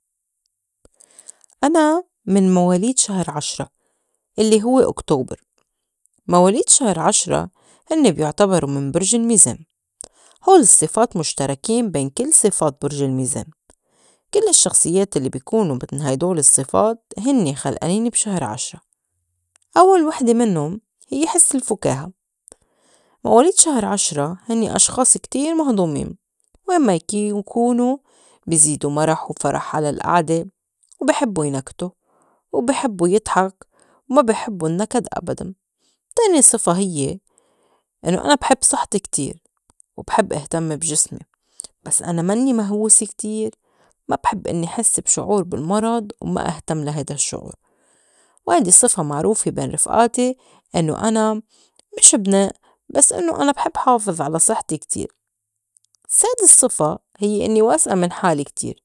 أنا من مواليد شهر عشرة الّي هوّ أُكتوبر، مواليد شهر عشرة هنّي بيُعتبرو من بِرْج الميزان. هول الصّفات مُشتَركين بين كل صفات برج الميزان. كل الشّخصيّات الّي بكونو من هيدول الصّفات هنّي خلئانين بشهر عشرة. أوّل وحدة مِنُّن هيّ حس الفُكاهة، مواليد شهر عشرة هنّي أشخاص كتير مهضومين وين ما يكِ- يكونو بزيدو مرح وفرح على القعدة و بي حبّو ينكتو وبي حبّو يضحك وما بي حبّو النّكد ابداً. تاني صِفة هيّ إنّو أنا بحب صحتي كتير وبحب إهتم بجسمي بس أنا منّي مهوسة كتير. ما بحب إنّي حس بشعور بالمرض وما إهتم لا هيدا الشّعور، وهيدي صِفة معروفة بين رفئاتي إنّو أنا مش بْنِئ بس إنّو بحب حافظ على صحتي كتير. سادس صِفة هيّ إنّي واسئة من حالي كتير.